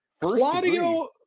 claudio